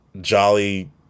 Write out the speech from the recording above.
jolly